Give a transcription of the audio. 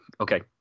Okay